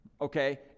okay